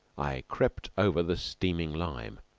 i crept over the steaming lime